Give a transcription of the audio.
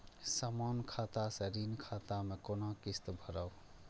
समान खाता से ऋण खाता मैं कोना किस्त भैर?